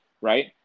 right